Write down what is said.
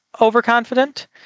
overconfident